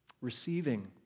Receiving